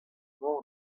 emañ